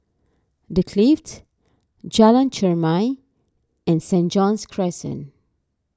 the Clift Jalan Chermai and Saint John's Crescent